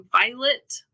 Violet